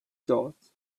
thoughts